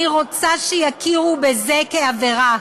אני רוצה שיכירו בזה כעבירה,